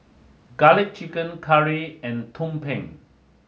Garlic Chicken Curry and Tumpeng